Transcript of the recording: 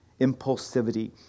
impulsivity